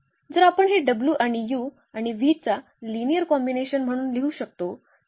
जर आपण हे w आणि u आणि v चा लिनिअर कॉम्बिनेशन म्हणून लिहू शकतो